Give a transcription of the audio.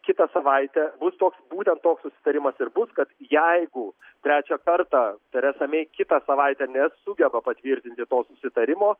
kitą savaitę bus toks būtent toks susitarimas ir bus kad jeigu trečią kartą teresa mei kitą savaitę nesugeba patvirtinti to susitarimo